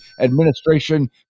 administration